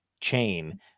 chain